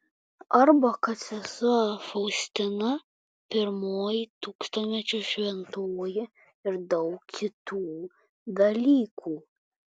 arba kad sesuo faustina pirmoji tūkstantmečio šventoji ir daug kitų dalykų